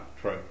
true